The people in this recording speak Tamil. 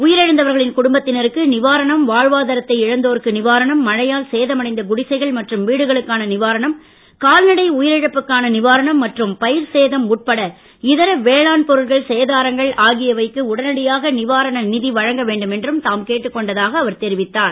உயிரிழந்தவர்களின் குடும்பத்தினருக்கு நிவாரணம் வாழ்வாதரத்தை இழந்தோருக்கு நிவாரணம் மழையால் சேதடைந்த குடிசைகள் மற்றும் வீடுகளுக்கான நிவாரணம் கால்நடை உயிரிழப்புக்கான நிவாரணம் மற்றும் பயிர் சேதம் உட்பட இதர வேளாண் பொருட்கள் சேதாரங்கள் ஆகியவைக்கு உடனடியாக நிவாரண நிதி வழங்க வேண்டும் என்றும் தாம் கேட்டுக் கொண்டதாக அவர் தெரிவித்தார்